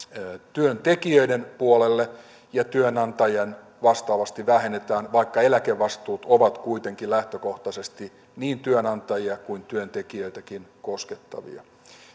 työntekijöiden puolelle ja työnantajan vastaavasti vähennetään vaikka eläkevastuut ovat kuitenkin lähtökohtaisesti niin työnantajia kuin työntekijöitäkin koskettavia